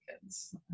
kids